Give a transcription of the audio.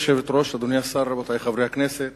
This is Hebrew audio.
גברתי היושבת-ראש, אדוני השר, רבותי חברי הכנסת,